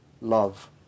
love